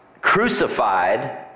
crucified